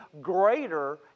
greater